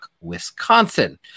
Wisconsin